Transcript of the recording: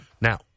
Now